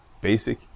Basic